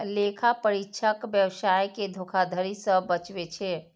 लेखा परीक्षक व्यवसाय कें धोखाधड़ी सं बचबै छै